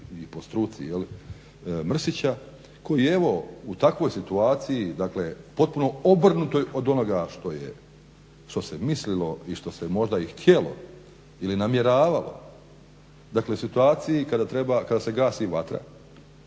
i po struci Mrsića koji evo u takvoj situaciji dakle potpuno obrnutoj od onoga što se mislilo i što se možda i htjelo i namjeravalo, dakle situaciji kada se gasi vatra,